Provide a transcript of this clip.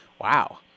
Wow